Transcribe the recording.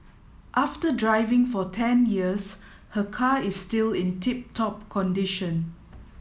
after driving for ten years her car is still in tip top condition